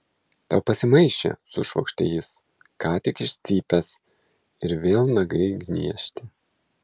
tau pasimaišė sušvokštė jis ką tik iš cypęs ir vėl nagai niežti